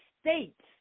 states